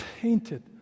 tainted